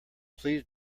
please